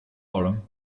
orm